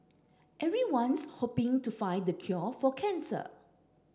everyone's hoping to find the cure for cancer